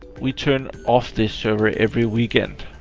we turn off this server every weekend.